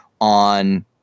on